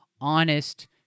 honest